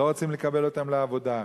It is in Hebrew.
לא רוצים לקבל אותם לעבודה.